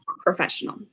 professional